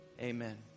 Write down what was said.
Amen